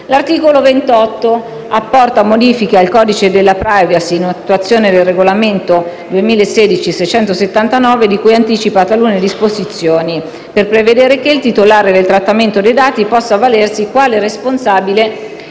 L'articolo 28 apporta modifiche al codice della *privacy*, in attuazione del regolamento n. 679 del 2016, di cui anticipa talune disposizioni per prevedere che il titolare del trattamento dei dati possa avvalersi quale responsabile